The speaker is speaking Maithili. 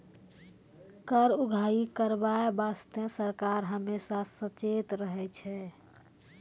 कर उगाही करबाय बासतें सरकार हमेसा सचेत रहै छै